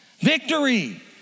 Victory